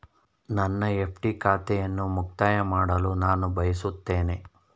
ನನ್ನ ಎಫ್.ಡಿ ಖಾತೆಯನ್ನು ಮುಕ್ತಾಯ ಮಾಡಲು ನಾನು ಬಯಸುತ್ತೇನೆ